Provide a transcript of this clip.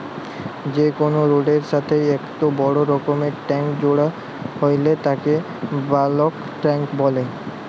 যে কোনো রোডের এর সাথেই একটো বড় রকমকার ট্যাংক জোড়া হইলে তাকে বালক ট্যাঁক বলে